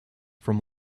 from